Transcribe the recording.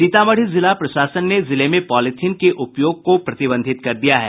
सीतामढ़ी जिला प्रशासन ने जिले में पॉलीथीन के उपयोग को प्रतिबंधित कर दिया है